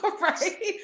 Right